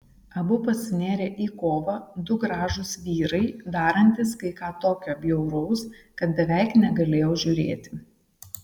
abu pasinėrė į kovą du gražūs vyrai darantys kai ką tokio bjauraus kad beveik negalėjau žiūrėti